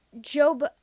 Job